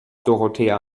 dorothea